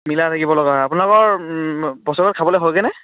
মিলাই থাকিব লগা হয় আপোনালোকৰ বছেৰেকত খাবলৈ হয়গৈনে